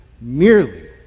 merely